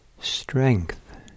strength